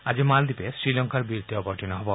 আজি মালদ্বীপে শ্ৰীলংকাৰ বিৰুদ্ধে অৱতীৰ্ণ হ'ব